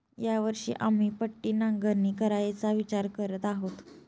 या वर्षी आम्ही पट्टी नांगरणी करायचा विचार करत आहोत